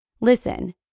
Listen